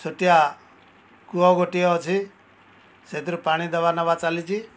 ଛୋଟିଆ କୂଅ ଗୋଟିଏ ଅଛି ସେଥିରେ ପାଣି ଦେବା ନେବା ଚାଲିଛି